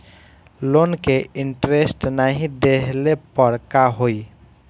Loan के interest नाही देहले पर का होई?